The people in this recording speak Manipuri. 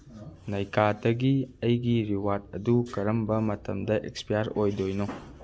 ꯅꯥꯏꯀꯥꯗꯒꯤ ꯑꯩꯒꯤ ꯔꯤꯋꯥꯔꯠ ꯑꯗꯨ ꯀꯔꯝꯕ ꯃꯇꯝꯗ ꯑꯦꯛꯁꯄꯤꯌꯔ ꯑꯣꯏꯗꯣꯏꯅꯣ